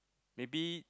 maybe